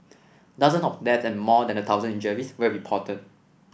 dozen of death and more than a thousand injuries were reported